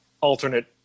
alternate